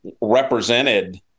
represented